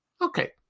Okay